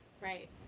Right